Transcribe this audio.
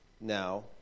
now